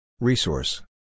Resource